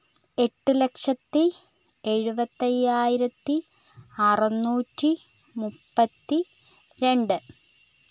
എട്ട് ലക്ഷത്തി എഴുപത്തി അയ്യായിരത്തി അറുനൂറ്റി മുപ്പത്തി രണ്ട്